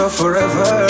forever